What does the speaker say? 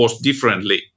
differently